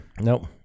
Nope